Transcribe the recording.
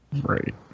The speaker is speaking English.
Right